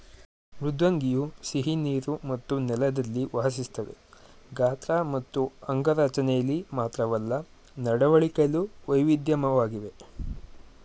ಮೃದ್ವಂಗಿಯು ಸಿಹಿನೀರು ಮತ್ತು ನೆಲದಲ್ಲಿ ವಾಸಿಸ್ತವೆ ಗಾತ್ರ ಮತ್ತು ಅಂಗರಚನೆಲಿ ಮಾತ್ರವಲ್ಲ ನಡವಳಿಕೆಲು ವೈವಿಧ್ಯಮಯವಾಗಿವೆ